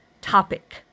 topic